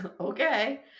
Okay